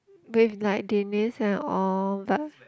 with like Denise and all but